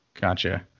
gotcha